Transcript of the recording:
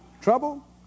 trouble